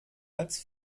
als